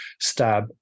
stab